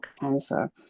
cancer